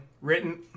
Written